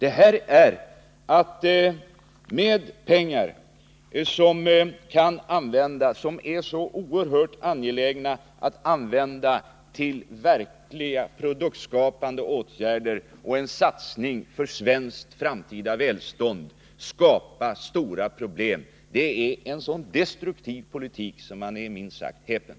Ett förverkligande av SSAB:s planer innebär att man med pengar som det är så oerhört angeläget att vi kan använda till verkligt produktskapande åtgärder, tillen satsning för svenskt framtida välstånd, skapar stora problem. Det är en så destruktiv politik att jag är minst sagt häpen.